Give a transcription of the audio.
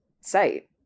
site